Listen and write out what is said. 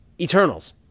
Eternals